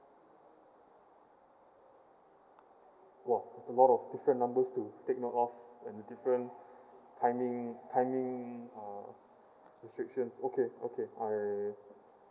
!wow! it's a lot of different numbers to take note of and the different timing timing uh restrictions okay okay I